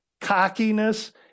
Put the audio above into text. cockiness